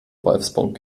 wolfsburg